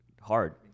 hard